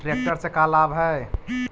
Tractor से का लाभ है?